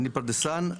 אני פרדסן,